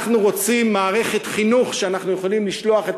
אנחנו רוצים מערכת חינוך שאנחנו יכולים לשלוח אליה את